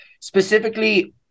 Specifically